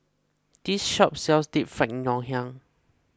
this shop sells Deep Fried Ngoh Hiang